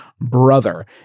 brother